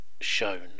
shown